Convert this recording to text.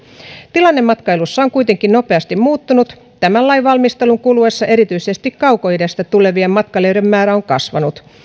tilanne matkailussa on kuitenkin nopeasti muuttunut tämän lain valmistelun kuluessa erityisesti kaukoidästä tulevien matkailijoiden määrä on kasvanut